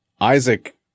Isaac